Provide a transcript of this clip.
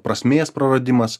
prasmės praradimas